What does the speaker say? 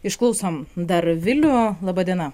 išklausom dar vilių laba diena